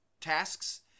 tasks